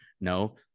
No